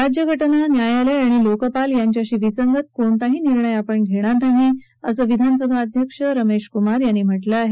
राज्यघटना न्यायालय आणि लोकपाल यांच्याशी विसंगत कोणताही निर्णय आपण घेणार नाही असं विधानसभा अध्यक्ष के आर रमेशकुमार यांनी म्हटलं आहे